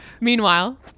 Meanwhile